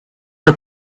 the